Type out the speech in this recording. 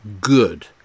good